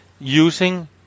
Using